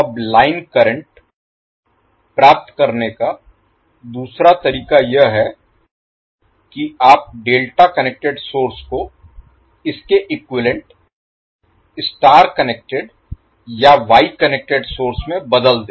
अब line current प्राप्त करने का दूसरा तरीका यह है कि आप डेल्टा कनेक्टेड सोर्स को इसके इक्विवैलेन्ट स्टार कनेक्टेड या वाई कनेक्टेड सोर्स में बदल दें